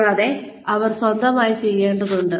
കൂടാതെ അവർ ഇത് സ്വന്തമായി ചെയ്യേണ്ടതുണ്ട്